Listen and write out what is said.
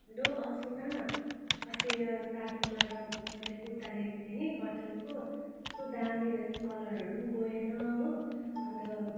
hello अँ सुन न अस्ति मैले कुर्ता लिएको थिएँ नि कटनको यस्तो दामी रहेछ कलरहरू पनि गएन हो अन्त